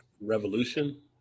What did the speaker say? Revolution